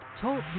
Talk